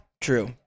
true